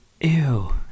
Ew